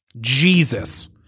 jesus